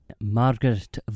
Margaret